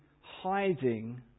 hiding